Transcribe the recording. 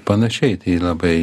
panašiai tai labai